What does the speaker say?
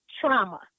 trauma